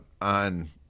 On